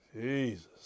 Jesus